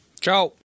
Ciao